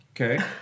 Okay